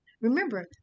Remember